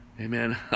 Amen